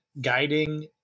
guiding